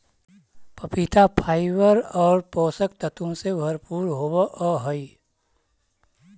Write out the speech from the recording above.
पपीता फाइबर और पोषक तत्वों से भरपूर होवअ हई